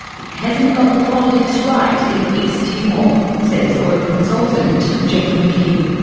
it hasn't got the politics right in east timor, says oil consultant geoff mckee.